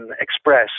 express